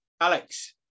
Alex